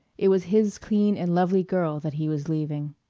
it was his clean and lovely girl that he was leaving.